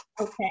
okay